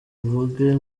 vogue